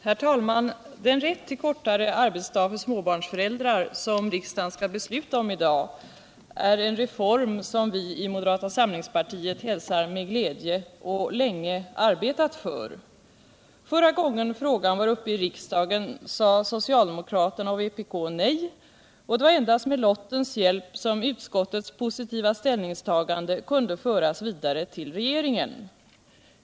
Herr talman! Den rätt ull kortare arbetsdag för småbarnsföräldrar som riksdagen skall besluta om i dag är en reform som vi i moderata samlingspartiet hälsar med glädje och länge arbetat för. Förra gången frågan var uppe i riksdagen sade socialdemokraterna och vpk nej, och det var endast med lottens hjälp som utskottets positiva ställningstagande kunde föras vidare till regeringen.